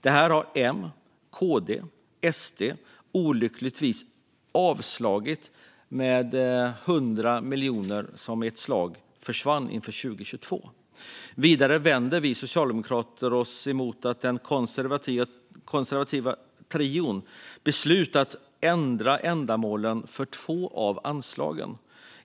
Detta har M, KD och SD olyckligtvis avslagit, och 100 miljoner till 2022 försvann i ett slag. Vidare vänder sig Socialdemokraterna emot att den konservativa trion har beslutat att ändra ändamålen för två av anslagen.